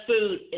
food